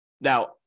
Now